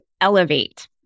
elevate